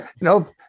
No